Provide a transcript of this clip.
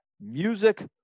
Music